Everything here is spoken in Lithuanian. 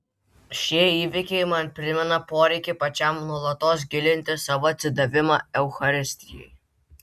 šie įvykiai man primena poreikį pačiam nuolatos gilinti savo atsidavimą eucharistijai